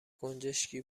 گنجشکی